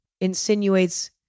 insinuates